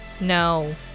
No